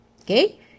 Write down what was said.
okay